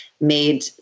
made